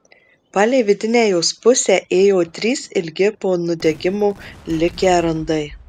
palei vidinę jos pusę ėjo trys ilgi po nudegimo likę randai